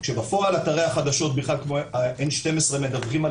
כשבפועל אתרי החדשות כמו N-12 מדווחים על